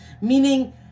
meaning